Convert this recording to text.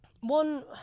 one